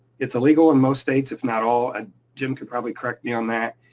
it's illegal in most states, if not all. and jim could probably correct me on that.